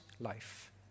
life